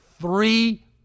three